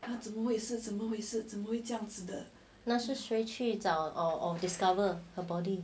那是谁去找 or discover her body